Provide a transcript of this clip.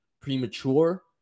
premature